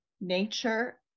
nature